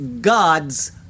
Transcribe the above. gods